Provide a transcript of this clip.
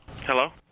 Hello